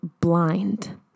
blind